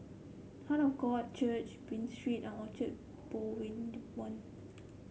heart of God Church Buroh Street and Orchard Boulevard